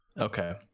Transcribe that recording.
Okay